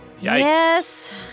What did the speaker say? Yes